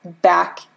back